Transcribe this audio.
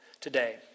today